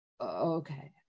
okay